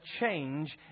change